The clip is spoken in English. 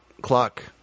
clock